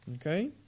Okay